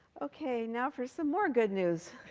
ok. now for some more good news.